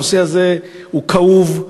הנושא הזה הוא כאוב.